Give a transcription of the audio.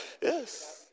yes